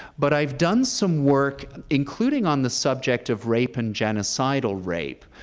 but i've done some work, including on the subject of rape and genocidal rape,